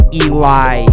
eli